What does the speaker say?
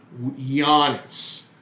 Giannis